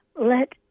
let